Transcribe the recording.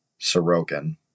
Sorokin